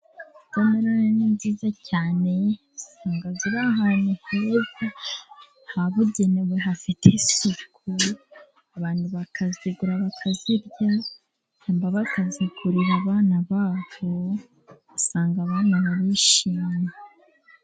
Wotameroni ni nziza cyane, usanga ziri ahantu heza habugenewe hafite isuku, abantu bakazigura bakazirya, cyangwa bakazikurira abana babo, ugasanga abana barishimye.